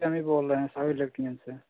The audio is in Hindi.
बोल रहे हैं से